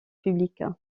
public